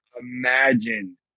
Imagine